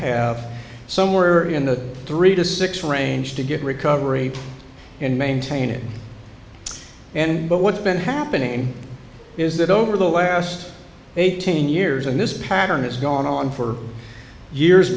have somewhere in the three to six range to get recovery and maintain it and but what's been happening is that over the last eighteen years and this pattern has gone on for years